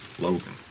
logan